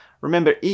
remember